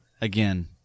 again